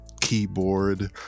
keyboard